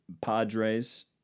Padres